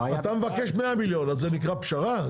אתה מבקש 100 מיליון, אז זה נקרא פשרה?